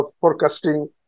forecasting